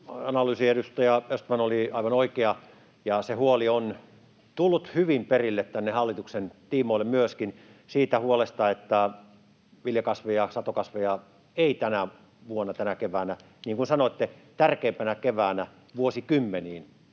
Analyysi, edustaja Östman, oli aivan oikea, ja se huoli on tullut hyvin perille tänne hallituksen tiimoille, myöskin se huoli, että viljakasveja, satokasveja, ei tänä vuonna, tänä keväänä — niin kuin sanoitte, tärkeimpänä keväänä vuosikymmeniin